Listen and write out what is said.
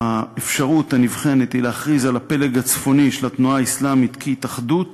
האפשרות הנבחנת היא להכריז על הפלג הצפוני של התנועה האסלאמית כהתאחדות